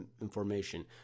information